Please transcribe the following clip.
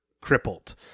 crippled